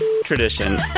tradition